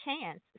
chance